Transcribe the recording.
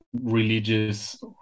religious